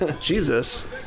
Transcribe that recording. Jesus